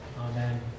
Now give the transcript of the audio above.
amen